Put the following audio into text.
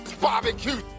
Barbecue